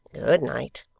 good night